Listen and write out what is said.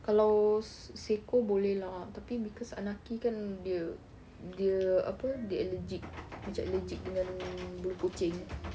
kalau seekor boleh lah tapi because anaqi kan dia dia apa dia allergic macam allergic dengan bulu kucing